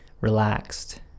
relaxed